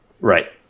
right